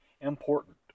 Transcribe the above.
important